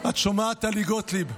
את שומעת, טלי גוטליב,